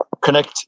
connect